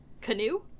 canoe